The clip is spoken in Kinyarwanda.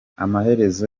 amaherezo